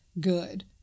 good